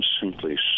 simply